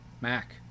Mac